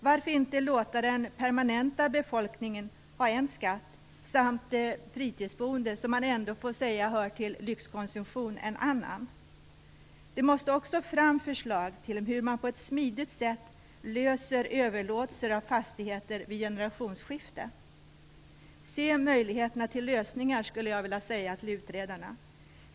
Varför inte låta den permanenta befolkningen ha en skatt, och de fritidsboende - det handlar ju ändå om lyxkonsumtion Det måste också fram förslag tom hur man på ett smidigt sätt löser frågan om överlåtelser av fastigheter vid generationsskifte. Jag skulle vilja säga till utredarna: Se möjligheterna till lösningar!